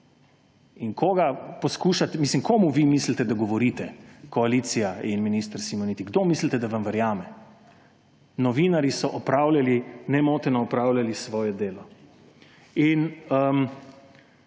komu vi mislite, da govorite, koalicija in minister Simoniti? Kdo, mislite, da vam verjame? Novinarji so nemoteno opravljali svoje delo!